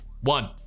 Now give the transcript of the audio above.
one